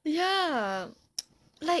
ya like